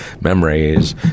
Memories